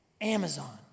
Amazon